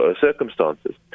circumstances